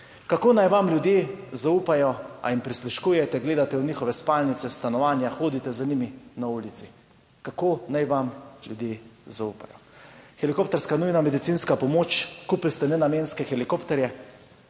Kako naj vam ljudje zaupajo, a jim prisluškujete, gledate v njihove spalnice, stanovanja, hodite z njimi na ulici? Kako naj vam ljudje zaupajo? Helikopterska nujna medicinska pomoč, kupili ste nenamenske helikopterje,